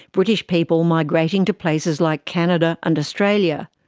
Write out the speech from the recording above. british people migrating to places like canada and australia.